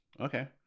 okay